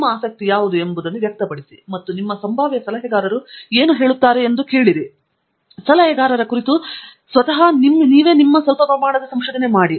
ನಿಮ್ಮ ಆಸಕ್ತಿಗಳು ಯಾವುವು ಎಂಬುದನ್ನು ವ್ಯಕ್ತಪಡಿಸಿ ಮತ್ತು ನಿಮ್ಮ ಸಂಭಾವ್ಯ ಸಲಹೆಗಾರನು ಏನು ಹೇಳುತ್ತಾರೆ ಎಂದು ಕೇಳಿರಿ ಮತ್ತು ಸಲಹೆಗಾರನ ಕುರಿತು ನಿಮ್ಮ ಸ್ವಂತ ಸ್ವಲ್ಪ ಪ್ರಮಾಣದ ಸಂಶೋಧನೆ ಮಾಡಿ